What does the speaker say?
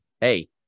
Hey